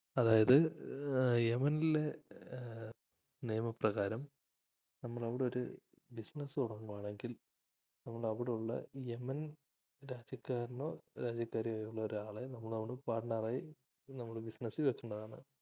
അതായത് യമനിലെ നിയമപ്രകാരം നമ്മൾ അവിടെയൊരു ബിസിനസ്സ് തുടങ്ങുകയാണെങ്കിൽ നമ്മൾ അവിടുള്ള യമൻ രാജ്യക്കാരനോ രാജ്യക്കാരിയോ ആയിട്ടുള്ള ഒരാളെ നമ്മൾ അവിടെ പാർട്ണറായി നമ്മൾ ബിസിനസ്സിൽ വെക്കേണ്ടതാണ്